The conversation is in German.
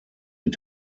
mit